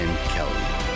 Kelly